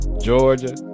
Georgia